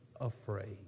afraid